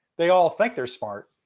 they all think they're smart.